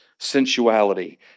sensuality